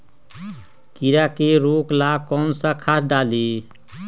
कीड़ा के रोक ला कौन सा खाद्य डाली?